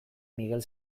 miguel